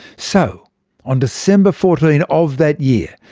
so on december fourteen of that year,